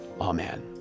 amen